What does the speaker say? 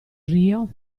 rio